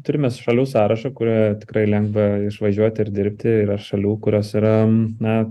turime šalių sąrašą kur tikrai lengva išvažiuoti ir dirbti yra šalių kurios yra na